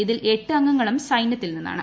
ഇതിൽ എട്ട് അംഗങ്ങളും സൈന്യത്തിൽ നിന്നാണ്